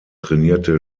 trainierte